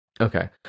okay